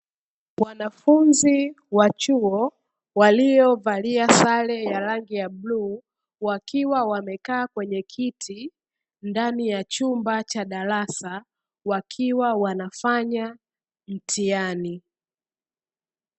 Wanafunzi wa chuo waliovalia sare ya rangi ya bluu, wakiwa wamekaa kwenye kiti ndani ya chumba cha darasa wakiwa wanafanya mtihani.